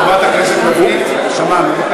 חברת הכנסת לביא, שמענו.